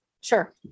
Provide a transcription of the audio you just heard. Sure